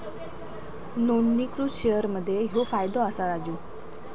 नोंदणीकृत शेअर मध्ये ह्यो फायदो असा राजू